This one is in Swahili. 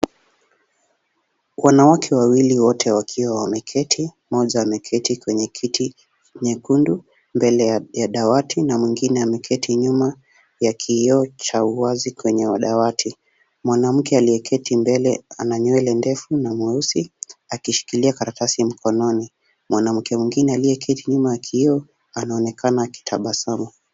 Wanawake wawili wote wakiwa wameketi. Moja ameketi kwenye kiti nyekundu mbele ya dawati na mwingine ameketi nyuma ya kioo cha uwazi kwenye dawati. Mwanamke aliyeketi mbele ana nywele ndefu na mweusi akishikilia karatasi mkononi. Mwanamke mwingine aliyeketi nyuma ya kioo anaonekana akitabasamu.